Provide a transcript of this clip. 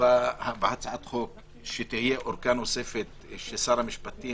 בהצעת החוק שתהיה אורכה נוספת של שר המשפטים,